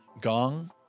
Gong